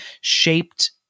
shaped